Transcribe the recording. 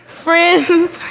Friends